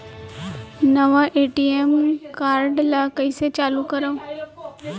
नवा ATM card ल कइसे चालू करव?